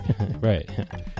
Right